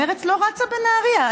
מרצ לא רצה בנהריה,